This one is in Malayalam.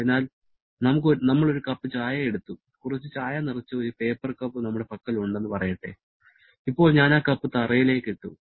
അതിനാൽ നമ്മൾ ഒരു കപ്പ് ചായ എടുത്തു കുറച്ച് ചായ നിറച്ച ഒരു പേപ്പർ കപ്പ് നമ്മുടെ പക്കലുണ്ടെന്ന് പറയട്ടെ ഇപ്പോൾ ഞാൻ ആ കപ്പ് തറയിലേക്ക് ഇട്ടു